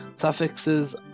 Suffixes